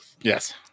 Yes